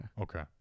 Okay